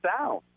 down